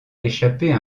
échapper